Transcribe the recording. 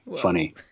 funny